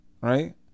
right